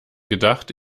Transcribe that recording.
gedacht